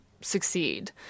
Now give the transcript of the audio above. succeed